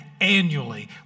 annually